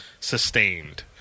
sustained